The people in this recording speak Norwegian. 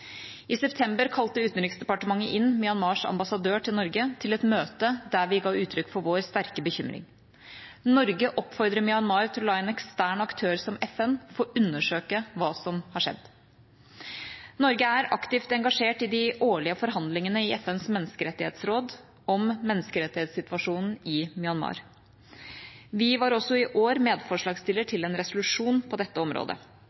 I september kalte Utenriksdepartementet inn Myanmars ambassadør til Norge til et møte der vi ga uttrykk for vår sterke bekymring. Norge oppfordrer Myanmar til å la en ekstern aktør som FN få undersøke hva som har skjedd. Norge er aktivt engasjert i de årlige forhandlingene i FNs menneskerettighetsråd om menneskerettighetssituasjonen i Myanmar. Vi var også i år medforslagsstiller til en resolusjon på dette området.